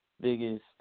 Biggest